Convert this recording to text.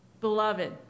Beloved